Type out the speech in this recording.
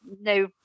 no